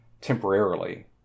temporarily